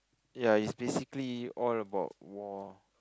ya is basically all about war